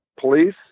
police